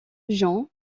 jean